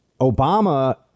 Obama